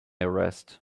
arrest